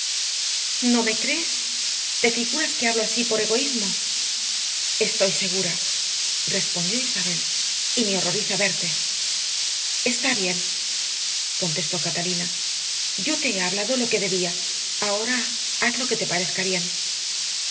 no me crees te figuras que hablo así por egoísmo estoy segura respondió isabel y me horroriza verte está bien contestó catalina yo te he hablado lo que debía ahora haz lo que te parezca bien